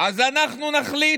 אז אנחנו נחליט,